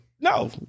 no